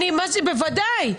בוודאי.